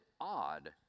odd